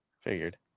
figured